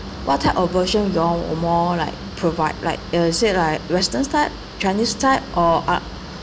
what type of version you all more like provide like is it like western type chinese type or ar~